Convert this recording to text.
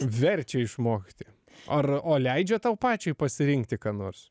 verčia išmokti ar o leidžia tau pačiai pasirinkti ką nors